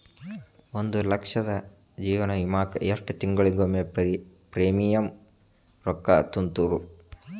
ಒಂದ್ ಲಕ್ಷದ ಜೇವನ ವಿಮಾಕ್ಕ ಎಷ್ಟ ತಿಂಗಳಿಗೊಮ್ಮೆ ಪ್ರೇಮಿಯಂ ರೊಕ್ಕಾ ತುಂತುರು?